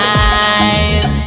eyes